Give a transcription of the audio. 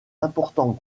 important